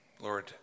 Lord